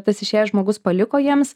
tas išėjęs žmogus paliko jiems